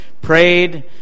prayed